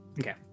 Okay